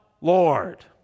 Lord